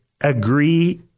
Agree